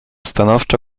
stanowczo